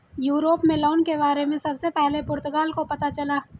Europe में loan के बारे में सबसे पहले पुर्तगाल को पता चला